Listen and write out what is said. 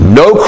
no